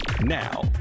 Now